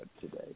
today